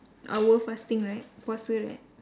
our fasting right puasa right